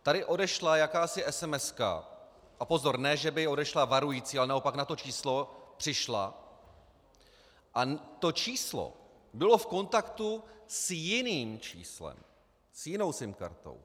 Tady odešla jakási esemeska a pozor, ne že by odešla varující, ale naopak na to číslo přišla, a to číslo bylo v kontaktu s jiným číslem, s jinou SIM kartou.